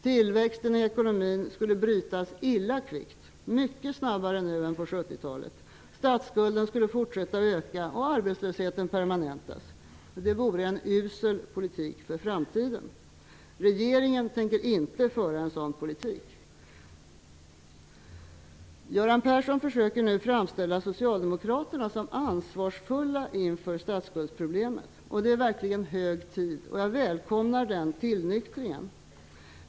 Tillväxten i ekonomin skulle brytas illa kvickt, mycket snabbare nu än på 70 talet. Statsskulden skulle fortsätta att öka och arbetslösheten permanentas. Det vore en usel politik för framtiden. Regeringen tänker inte föra en sådan politik. Göran Persson försöker nu framställa Socialdemokraterna som ansvarsfulla inför statsskuldsproblemet. Det är verkligen hög tid, och jag välkomnar den tillnyktringen.